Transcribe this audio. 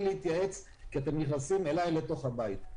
להתייעץ כי אתם נכנסים אליי לתוך הבית.